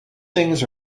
things